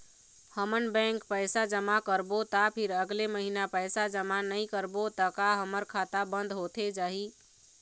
हमन बैंक पैसा जमा करबो ता फिर अगले महीना पैसा जमा नई करबो ता का हमर खाता बंद होथे जाही?